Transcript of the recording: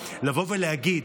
לבוא ולהגיד